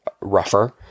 rougher